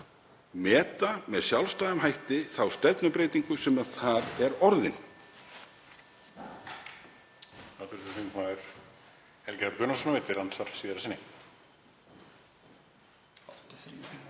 meta með sjálfstæðum hætti þá stefnubreytingu sem þar er orðin.